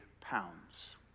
pounds